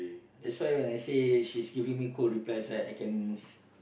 that's why when I say she's giving me cold replies like I can